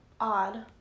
Odd